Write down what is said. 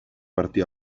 martí